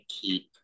keep